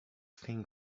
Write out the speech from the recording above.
think